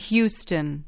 Houston